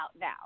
now